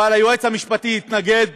אבל היועץ המשפטי התנגד